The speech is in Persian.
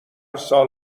سال